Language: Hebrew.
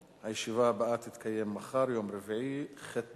הצעת החוק נתקבלה בתמיכת ארבעה חברי כנסת,